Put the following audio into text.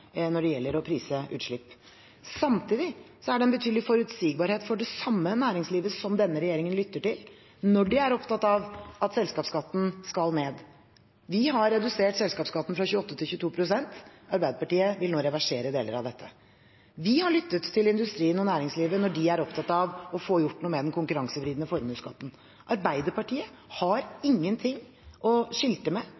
når det gjelder å prise utslipp. Samtidig er det en betydelig forutsigbarhet for det samme næringslivet, som denne regjeringen lytter til, når de er opptatt av at selskapsskatten skal ned. Vi har redusert selskapsskatten fra 28 pst. til 22 pst. Arbeiderpartiet vil nå reversere deler av dette. Vi har lyttet til industrien og næringslivet når de er opptatt av å få gjort noe med den konkurransevridende formuesskatten. Arbeiderpartiet har